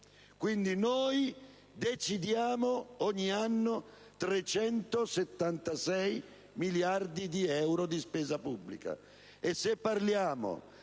Quindi, noi decidiamo ogni anno 376 miliardi di euro di spesa pubblica.